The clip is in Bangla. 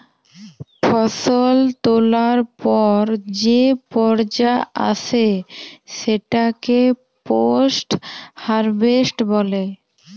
ফসল তোলার পর যে পর্যা আসে সেটাকে পোস্ট হারভেস্ট বলে